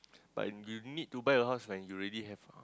but you need to buy a house when you already have